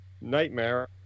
nightmare